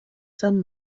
some